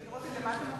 צריך לראות מה אתם,